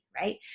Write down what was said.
right